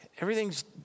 everything's